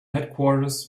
headquarters